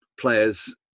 players